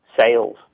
sales